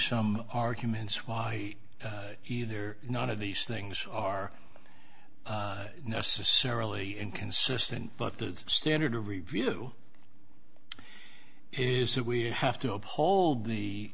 some arguments why either none of these things are necessarily inconsistent but the standard of review is that we have to uphold the